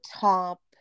top